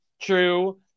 true